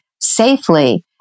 safely